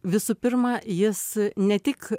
visų pirma jis ne tik